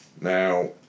Now